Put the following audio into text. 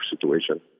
situation